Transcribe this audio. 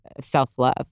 self-love